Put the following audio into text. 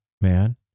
man